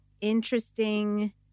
interesting